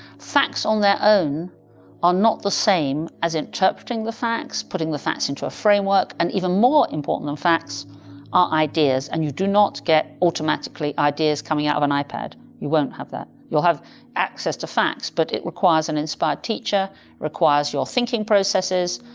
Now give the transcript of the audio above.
facts on their own are not the same as interpreting the facts, putting the facts into a framework. and even more important than facts, are ideas and you do not get automatically ideas coming out of an ipad. you won't have that. you'll have access to facts, but it requires an inspired teacher, it requires your thinking processes,